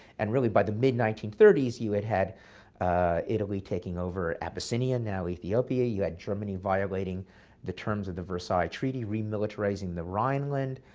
and really by the mid nineteen thirty s you had had italy taking over abyssinia, now ethiopia. you had germany violating the terms of the versailles treaty, re-militarizing the rhineland,